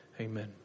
Amen